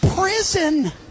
prison